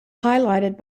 highlighted